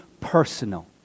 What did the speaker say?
personal